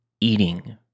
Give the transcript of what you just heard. eating